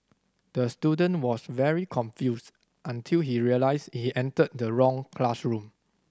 the student was very confused until he realised he entered the wrong classroom